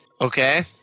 Okay